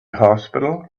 hospital